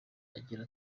agira